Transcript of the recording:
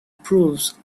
proves